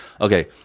Okay